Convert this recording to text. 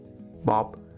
Bob